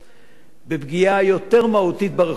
בפגיעה יותר מהותית ברכוש של הפרט,